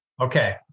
Okay